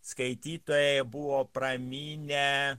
skaitytojai buvo pramynę